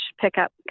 pickup